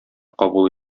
кабул